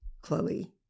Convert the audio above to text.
Chloe